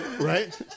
Right